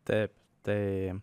taip tai